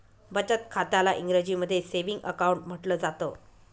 बचत खात्याला इंग्रजीमध्ये सेविंग अकाउंट म्हटलं जातं